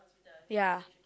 ya